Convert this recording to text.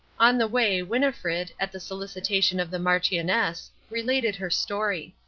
on the way winnifred, at the solicitation of the marchioness, related her story.